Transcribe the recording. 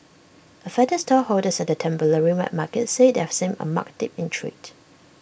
affected stallholders at the temporary wet market said they have seen A marked dip in trade